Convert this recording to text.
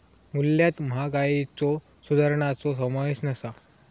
मूल्यात महागाईच्यो सुधारणांचो समावेश नसा